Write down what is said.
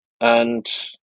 And-